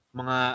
mga